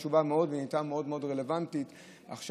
שהיא חשובה מאוד ונהייתה מאוד מאוד רלוונטית עכשיו,